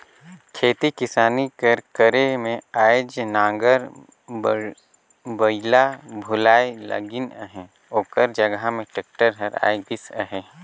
खेती किसानी कर करे में आएज नांगर बइला भुलाए लगिन अहें ओकर जगहा में टेक्टर हर आए गइस अहे